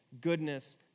goodness